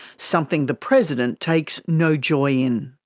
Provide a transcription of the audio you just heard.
something the president takes no joy in.